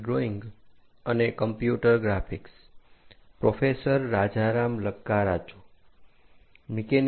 નમસ્કાર બધાને